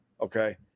Okay